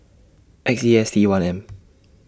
X E S T one M